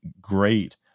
great